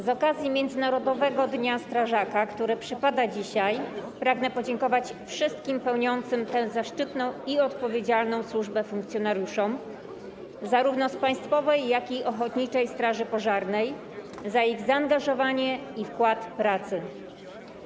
Z okazji Międzynarodowego Dnia Strażaka, który przypada dzisiaj, pragnę podziękować wszystkim pełniącym tę zaszczytną i odpowiedzialną służbę funkcjonariuszom, zarówno z państwowej, jak i ochotniczej straży pożarnej, za ich zaangażowanie i wkład pracy.